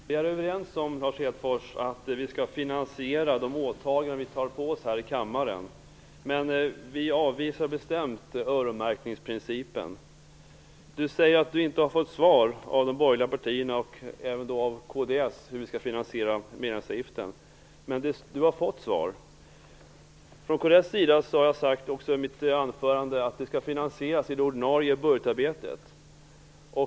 Herr talman! Lars Hedfors och jag är överens om att man skall finansiera det som vi åtar oss här i kammaren, men vi avvisar bestämt öronmärkningsprincipen. Lars Hedfors säger att han inte har fått svar av de borgerliga partierna - det gäller då även kds - på frågan om hur medlemsavgiften skall finansieras. Men Lars Hedfors har fått svar. Jag har i mitt anförande sagt att kds vill att den skall finansieras inom ramen för det ordinarie budgetarbetet.